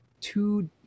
two